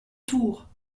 tour